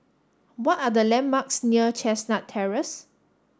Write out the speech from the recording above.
what are the landmarks near Chestnut Terrace